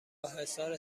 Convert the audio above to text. حصار